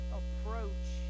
approach